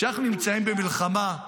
כשאנחנו נמצאים במלחמה,